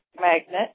magnet